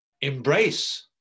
embrace